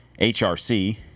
HRC